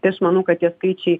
tai aš manau kad tie skaičiai